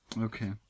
Okay